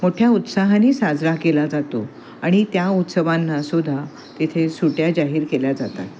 मोठ्या उत्साहाने साजरा केला जातो आणि त्या उत्सवांनासुद्धा तिथे सुट्या जाहीर केल्या जातात